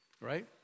Right